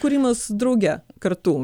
kūrimas drauge kartu